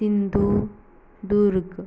Sindhudurg